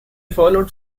followed